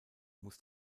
muss